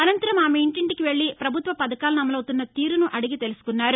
అనంతరం ఆమె ఇంటింటికీ వెళ్ళి ప్రభుత్వ పథకాలను అమలొతున్న తీరును అడిగి తెలుకొన్నారు